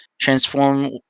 Transform